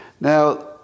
Now